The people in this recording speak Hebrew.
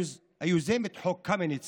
יוזמת חוק קמיניץ